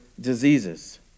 diseases